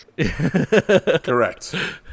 Correct